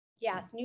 Yes